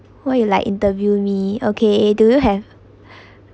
what you like interview me okay do you have